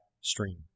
stream